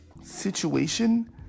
situation